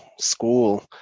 school